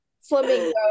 flamingo